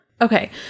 Okay